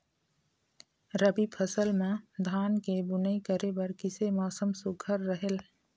रबी फसल म धान के बुनई करे बर किसे मौसम सुघ्घर रहेल?